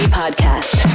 podcast